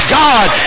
god